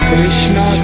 Krishna